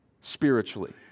spiritually